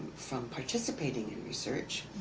from participating in research,